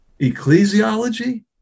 ecclesiology